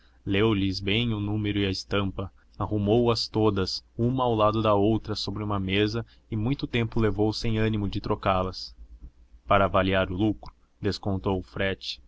leu lhes bem o número e a estampa arrumou as todas uma ao lado da outra sobre uma mesa e muito tempo levou sem ânimo de trocá las para avaliar o lucro descontou o frete